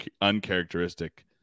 uncharacteristic